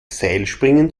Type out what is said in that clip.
seilspringen